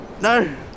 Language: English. No